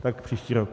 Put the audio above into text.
Tak příští rok.